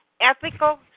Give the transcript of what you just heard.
ethical